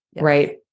right